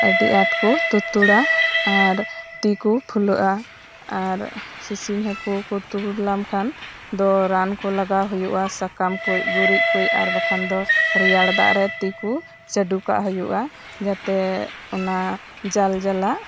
ᱟᱹᱰᱤ ᱟᱴᱠᱩ ᱛᱩᱛᱩᱲᱟ ᱟᱨ ᱛᱤᱠᱩ ᱯᱷᱩᱞᱟᱹᱜᱼᱟ ᱟᱨ ᱥᱤᱥᱤᱧ ᱦᱟᱠᱩ ᱠᱩ ᱛᱩᱲ ᱞᱟᱢᱠᱷᱟᱱ ᱫᱚ ᱨᱟᱱᱠᱩ ᱞᱟᱜᱟᱣ ᱦᱩᱭᱩᱜᱼᱟ ᱥᱟᱠᱟᱢ ᱠᱩᱡ ᱜᱩᱨᱤᱡᱽ ᱠᱩᱡ ᱟᱨ ᱵᱟᱠᱷᱟᱱ ᱫᱚ ᱨᱮᱭᱟᱲ ᱫᱟᱜ ᱨᱮ ᱛᱤᱠᱩ ᱪᱟᱰᱩᱠᱟᱜ ᱦᱩᱭᱩᱜᱼᱟ ᱡᱟᱛᱮ ᱚᱱᱟ ᱡᱟᱞ ᱡᱟᱞᱟᱜ